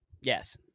Yes